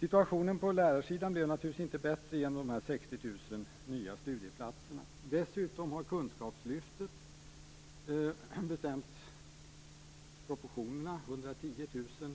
Situationen på lärarsidan blev naturligtvis inte bättre genom de 60 000 nya studieplatserna. Dessutom har kunskapslyftet bestämt proportionerna, 110 000